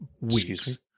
weeks